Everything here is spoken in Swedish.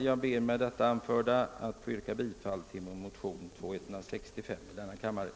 Jag ber att med det anförda få yrka bifall till motionerna I: 147 och II: 165.